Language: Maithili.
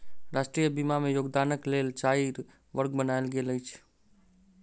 राष्ट्रीय बीमा में योगदानक लेल चाइर वर्ग बनायल गेल अछि